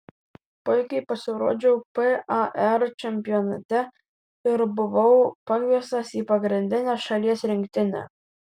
puikiai pasirodžiau par čempionate ir buvau pakviestas į pagrindinę šalies rinktinę